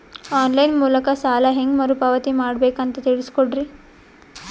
On line ಮೂಲಕ ಸಾಲ ಹೇಂಗ ಮರುಪಾವತಿ ಮಾಡಬೇಕು ಅಂತ ತಿಳಿಸ ಕೊಡರಿ?